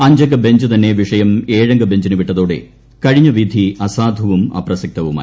അഞ്ചംഗ ബെഞ്ച് തന്നെ വിഷയം ഏഴംഗ ബെഞ്ചിന് വിട്ടതോടെ കഴിഞ്ഞ വിധി അസാധുവും അപ്രസക്തവുമായി